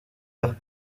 vert